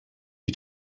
you